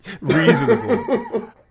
reasonable